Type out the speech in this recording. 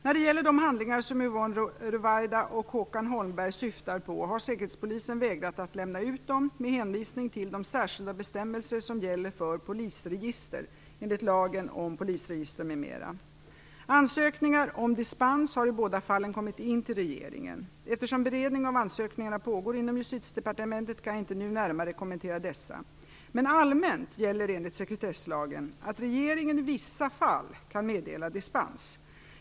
När det gäller de handlingar som Yvonne Ruwaida och Håkan Holmberg syftar på har Säkerhetspolisen vägrat att lämna ut dem med hänvisning till de särskilda bestämmelser som gäller för polisregister enligt lagen om polisregister m.m. Ansökningar om dispens har i båda fallen kommit in till regeringen. Eftersom beredning av ansökningarna pågår inom Justitiedepartementet kan jag inte nu närmare kommentera dessa, men allmänt gäller enligt sekretesslagen att regeringen i vissa fall kan meddela dispens.